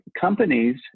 companies